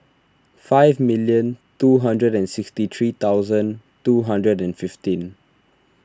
five million two hundred and sixty three thousand two hundred and fifteen